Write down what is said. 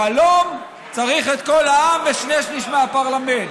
שלום, צריך את כל העם ושני שליש מהפרלמנט.